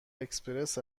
اکسپرس